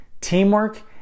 teamwork